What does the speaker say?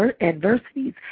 adversities